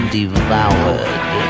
devoured